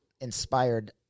Inspired